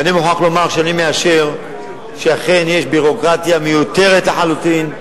ואני מוכרח לומר שאני מאשר שאכן יש ביורוקרטיה מיותרת לחלוטין,